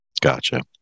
Gotcha